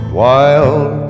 wild